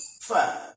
five